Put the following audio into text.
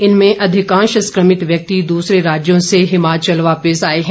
इनमें अधिकांश संक्रमित व्यक्ति दूसरे राज्यों से हिमाचल वापिस आए हैं